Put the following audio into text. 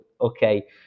okay